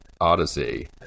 odyssey